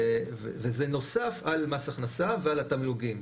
זה נוסף על מס הכנסה ועל התמלוגים,